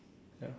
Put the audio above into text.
ya